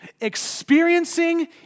experiencing